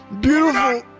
Beautiful